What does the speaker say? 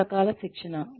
వివిధ రకాల శిక్షణ